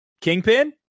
Kingpin